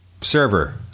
server